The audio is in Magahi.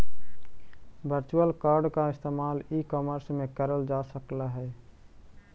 वर्चुअल कार्ड का इस्तेमाल ई कॉमर्स में करल जा सकलई हे